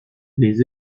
les